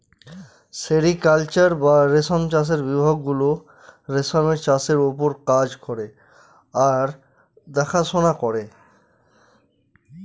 sericulture বা রেশম চাষের বিভাগ গুলো রেশমের চাষের ওপর কাজ করে আর দেখাশোনা করে